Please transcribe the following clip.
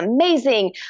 amazing